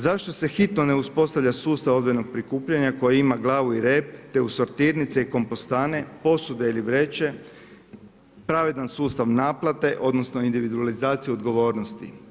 Zašto se hitno ne uspostavlja sustav odvojenog prikupljanja koja ima glavu i rep te u sortirnice i kompostane, posude ili vreće pravedan sustav naplate odnosno individualizaciju odgovornosti?